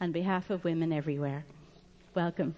on behalf of women everywhere welcome